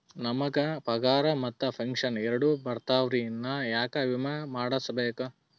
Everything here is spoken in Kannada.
ನಮ್ ಗ ಪಗಾರ ಮತ್ತ ಪೆಂಶನ್ ಎರಡೂ ಬರ್ತಾವರಿ, ನಾ ಯಾಕ ವಿಮಾ ಮಾಡಸ್ಬೇಕ?